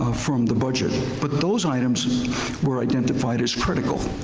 ah from the budget. but those items were identified as critical.